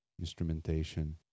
instrumentation